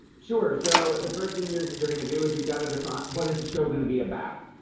sure. so the first thing you're you're going to do is you've got to define what is the show going to be about.